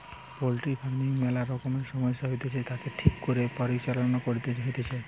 poultry farming ম্যালা রকমের সমস্যা হতিছে, তাকে ঠিক করে পরিচালনা করতে হইতিছে